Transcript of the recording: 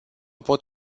pot